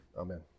Amen